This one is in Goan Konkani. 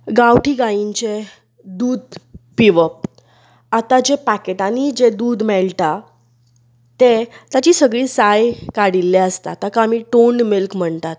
गांवठी गायींचे दूध पिवप आताचें पाकीटांनी जें दूध मेळटा तें ताची सगळी साय काडिल्ली आसता ताका आमी टोन्ड मिल्क म्हणटात